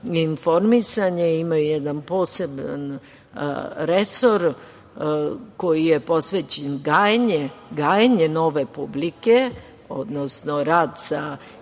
informisanja imaju jedan poseban resor koji je posvećen gajenju nove publike, odnosno rad i sa mlađim